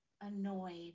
annoyed